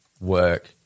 work